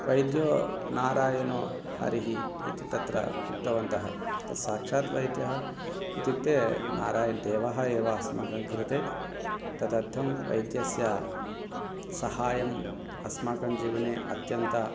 वैद्यो नारायणो हरिः इति तत्र उक्तवन्तः तत् साक्षात् वैद्यः इत्युक्ते नारायणदेवः एव अस्माकं कृते तदर्थं वैद्यस्य सहायम् अस्माकं जीवने अत्यन्तम्